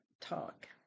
Talk